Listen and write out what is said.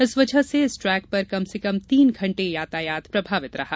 इस वजह से इस ट्रैक पर कम से कम तीन घंटे यातायात प्रभावित रहा